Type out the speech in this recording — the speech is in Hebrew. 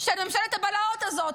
של ממשלת הבלהות הזאת.